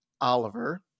oliver